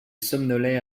somnolait